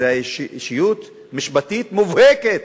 שזאת אישיות משפטית מובהקת.